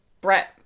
Brett